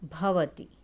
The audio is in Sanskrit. भवति